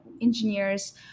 engineers